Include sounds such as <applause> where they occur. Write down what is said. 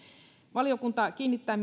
valiokunta kiinnittää <unintelligible>